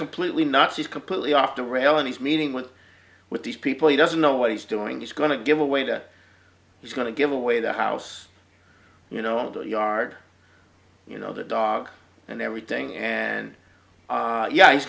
completely nuts he's completely off the rail and he's meeting with with these people he doesn't know what he's doing he's going to give away that he's going to give away the house you know the yard you know the dog and everything and yeah he's